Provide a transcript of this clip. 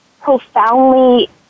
profoundly